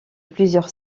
plusieurs